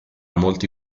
molti